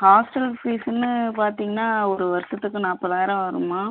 hostel ஃபீஸ்ஸுன்னு பார்த்தீங்கன்னா ஒரு வருஷத்துக்கு நாற்பதாயிரம் வரும்மா